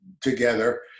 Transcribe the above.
together